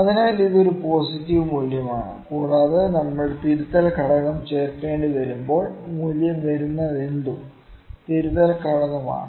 അതിനാൽ ഇത് ഒരു പോസിറ്റീവ് മൂല്യമാണ് കൂടാതെ നമ്മൾ തിരുത്തൽ ഘടകം ചേർക്കേണ്ടിവരുമ്പോൾ മൂല്യം വരുന്നതെന്തും തിരുത്തൽ ഘടകം ആണ്